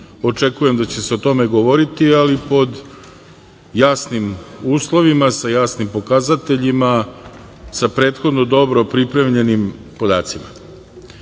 očekujem da će se o tome govoriti, ali pod jasnim uslovima, sa jasnim pokazateljima, sa prethodno dobro pripremljenim podacima. Ono